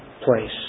place